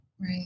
Right